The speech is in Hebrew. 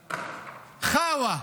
חאווה.